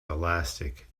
elastic